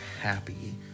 happy